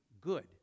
good